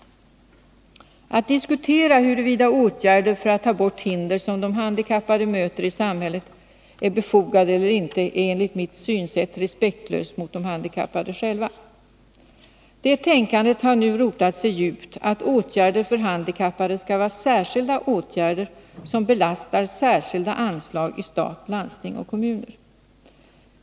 Att diskutera huruvida åtgärder för att ta bort hinder som de handikappade möter i samhället är befogade eller inte är enligt mitt synsätt respektlöst mot de handikappade själva. Det tänkandet har nu rotat sig djupt att åtgärder för handikappade skall vara särskilda åtgärder som belastar särskilda anslag i stat, landsting och kommuner.